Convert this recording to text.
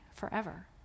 forever